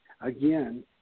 again